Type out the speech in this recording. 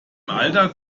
alter